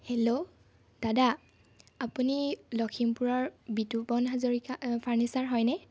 hello দাদা আপুনি লখিমপুৰৰ বিতুপন হাজৰিকা ফাৰ্ণিচাৰ হয়নে